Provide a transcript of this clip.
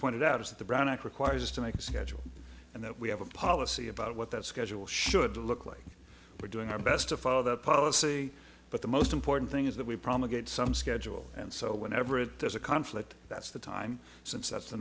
pointed out is that the brand i require is to make a schedule and that we have a policy about what that schedule should look like we're doing our best to follow that policy but the most important thing is that we probably get some schedule and so whenever it does a conflict that's the time since that's the